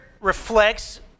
reflects